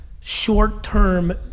short-term